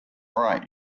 right